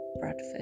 Bradford